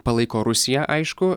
palaiko rusija aišku